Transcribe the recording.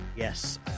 Yes